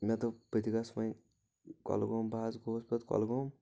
مےٚ دوٚپ بہٕ تہِ گژھہٕ وۄنۍ کۄلگوم بہٕ حظ گوس پتہٕ کۄلگوٗم